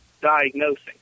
diagnosing